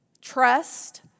trust